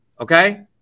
okay